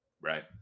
Right